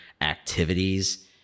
activities